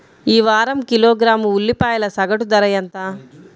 ఈ వారం కిలోగ్రాము ఉల్లిపాయల సగటు ధర ఎంత?